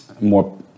more